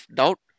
doubt